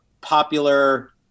popular